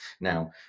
now